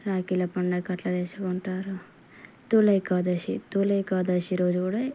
రాఖీల పండగకి అట్లా తెచ్చుకుంటారు తొలి ఏకాదశి తొలి ఏకాదశి రోజు కూడా